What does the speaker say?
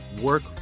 work